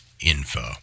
info